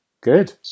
Good